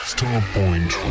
Starpoint